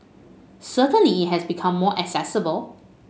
certainly it has become more accessible